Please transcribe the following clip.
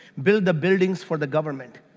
build the buildings for the government.